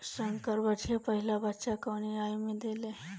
संकर बछिया पहिला बच्चा कवने आयु में देले?